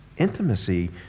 intimacy